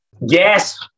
yes